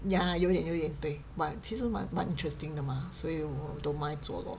ya 有点有点对 but 其实蛮蛮 interesting 的嘛所以我 don't mind 做 lor